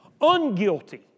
unguilty